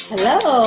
Hello